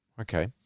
Okay